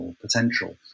potential